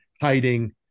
hiding